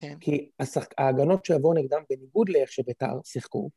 ‫כי השח... ההגנות שיבואו נגדם בניגוד ‫לאיך שבית"ר שיחקו.